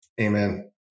Amen